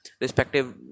respective